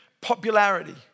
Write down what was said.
Popularity